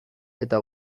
eta